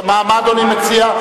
מה אדוני מציע?